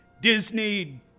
Disney